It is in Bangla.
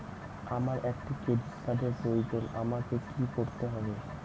আমার একটি ক্রেডিট কার্ডের প্রয়োজন আমাকে কি করতে হবে?